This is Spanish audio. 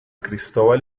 cristóbal